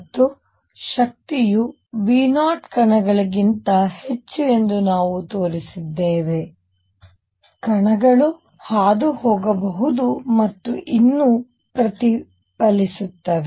ಮತ್ತು ಶಕ್ತಿಯು V0 ಕಣಗಳಿಗಿಂತ ಹೆಚ್ಚು ಎಂದು ನಾವು ತೋರಿಸಿದ್ದೇವೆ ಕಣಗಳು ಹಾದುಹೋಗಬಹುದು ಮತ್ತು ಇನ್ನೂ ಪ್ರತಿಫಲಿಸುತ್ತವೆ